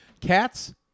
Cats